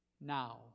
now